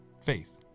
faith